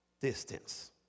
distance